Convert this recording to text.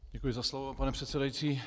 Děkuji za slovo, pane předsedající.